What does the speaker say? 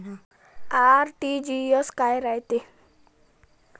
RTGS काय रायते?